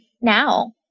now